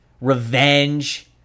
revenge